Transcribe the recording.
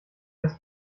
das